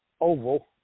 oval